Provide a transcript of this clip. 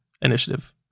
initiative